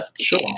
Sure